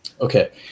Okay